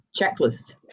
checklist